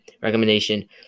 recommendation